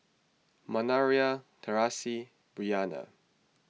Manervia Traci Bryanna